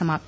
समाप्त